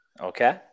Okay